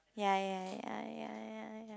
ya ya ya ya ya ya ya